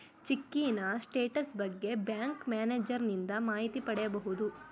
ಚಿಕ್ಕಿನ status ಬಗ್ಗೆ bank ಮ್ಯಾನೇಜರನಿಂದ ಮಾಹಿತಿ ಪಡಿಬೋದು